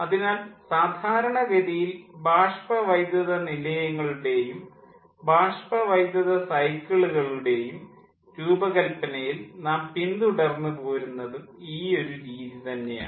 അതിനാൽ സാധാരണഗതിയിൽ ബാഷ്പ വൈദ്യുത നിലയങ്ങളുടേയും ബാഷ്പ വൈദ്യുത സൈക്കിളുകളുടേയും രൂപകല്പനയിൽ നാം പിന്തുടർന്ന് പോരുന്നതും ഈയൊരു രീതി തന്നെയാണ്